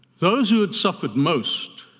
those who had suffered most